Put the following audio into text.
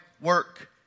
work